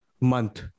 month